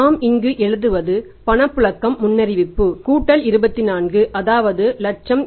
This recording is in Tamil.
நாம் இங்கு எழுதுவது பணப்புழக்கம் முன்னறிவிப்பு 24 அதாவது லட்சம்